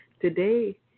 today